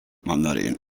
mandarin